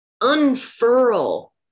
unfurl